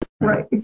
Right